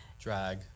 Drag